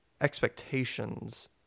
expectations